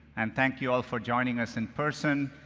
and thank you all for joining us in person,